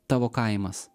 tavo kaimas